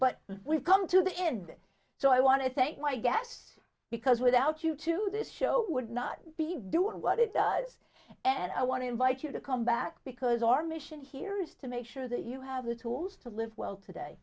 but we've come to the end of it so i want to thank my guests because without you too this show would not be doing what it does and i want to invite you to come back because our mission here is to make sure that you have the tools to live well today